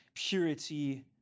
Purity